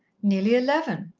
nearly eleven.